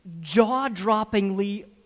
jaw-droppingly